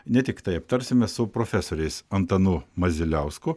ne tiktai aptarsime su profesoriais antanu maziliausku